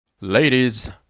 Ladies